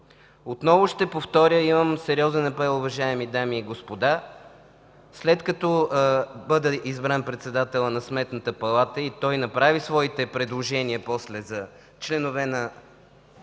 Отново ще повторя, имам сериозен апел, уважаеми дами и господа, след като бъде избран председателят на Сметната палата и направи своите предложения за членове на